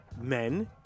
men